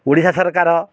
ଓଡ଼ିଶା ସରକାର